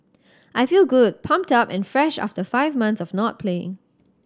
I feel good pumped up and fresh after five months of not playing